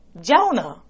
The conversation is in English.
Jonah